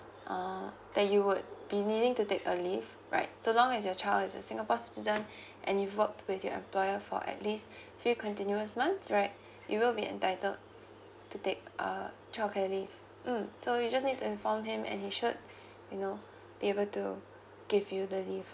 uh that you would be needing to take a leave right so long as your child is a singapore citizen and you've worked with your employer for at least three continuous months right you will be entitled to take uh childcare leave mm so you just need to inform him and he should you know be able to give you the leave